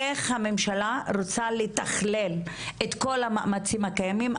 איך הממשלה רוצה לתכלל את כל המאמצים הקיימים.